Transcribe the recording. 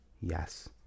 Yes